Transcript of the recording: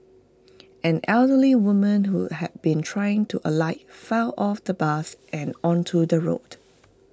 an elderly woman who had been trying to alight fell off the bus and onto the road